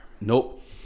nope